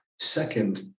Second